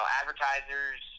advertisers